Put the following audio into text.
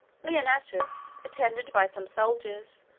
leonnatus, attended by some soldiers,